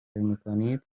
میکنید